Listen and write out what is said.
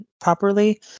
properly